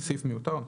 זה סעיף מיותר.